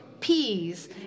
peas